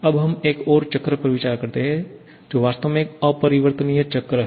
अब हम एक और चक्र पर विचार करते हैं जो वास्तव में एक अपरिवर्तनीय चक्र है